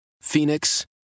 Phoenix